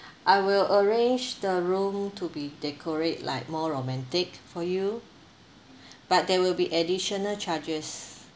I will arrange the room to be decorate like more romantic for you but there will be additional charges